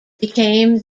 became